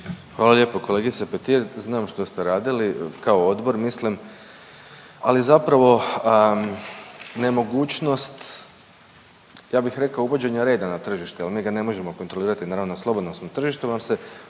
Hvala lijepo kolegice Petir. Znam što ste radili kao odbor mislim, ali zapravo nemogućnost ja bih rekao uvođenja reda na tržištu jel mi ga ne možemo kontrolirati naravno na slobodnom smo tržištu vam se